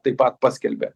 taip pat paskelbė